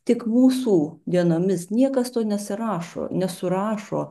tik mūsų dienomis niekas to nesirašo nesurašo